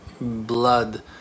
blood